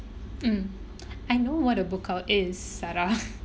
mm I know what a bookout is sarah